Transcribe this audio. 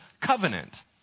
covenant